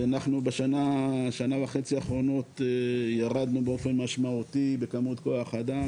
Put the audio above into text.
אנחנו בשנה וחצי האחרונות ירדנו באופן משמעותי בכמות כוח האדם,